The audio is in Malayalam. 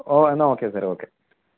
ഓ എന്നാൽ ഓക്കെ സാർ ഓക്കെ